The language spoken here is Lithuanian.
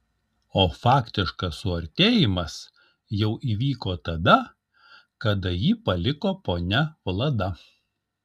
o faktiškas suartėjimas jau įvyko tada kada jį paliko ponia vlada